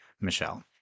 Michelle